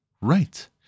right